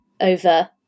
over